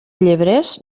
llebrers